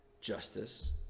justice